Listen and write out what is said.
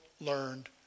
learned